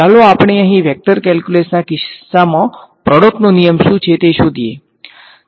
ચાલો આપણે અહીં વેક્ટર કેલ્ક્યુલસના કિસ્સામાં પ્રોડક્ટ નો નિયમ શું કહે છે તે શોધીયે